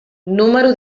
número